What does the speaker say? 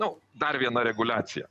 nu dar viena reguliacija